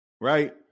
right